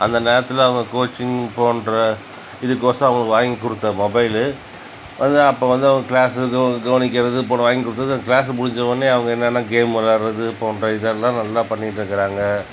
அந்த நேரத்தில் அவங்க கோச்சிங் போன்ற இதுக்கோசம் அவங்களுக்கு வாங்கிக்கொடுத்த மொபைல்லு வந்து அப்போ வந்து அவங்க கிளாஸ்க்கு கவனிக்கிறது செல்போன் வாங்கிக்கொடுத்தது கிளாஸ் முடிஞ்சவுனே அவங்க என்னென்ன கேம் விளையாட்றது போன்ற இதெல்லாம் நல்லா பண்ணிக்கிட்டு இருக்கிறாங்க